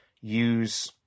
use